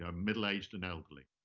ah middle aged and elderly.